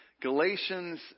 Galatians